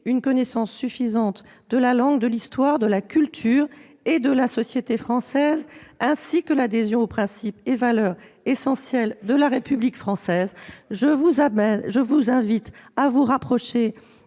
une connaissance suffisante de la langue, de l'histoire, de la culture et de la société françaises, ainsi que l'adhésion aux principes et valeurs essentiels de la République française. Ce n'est pas vrai ! Ce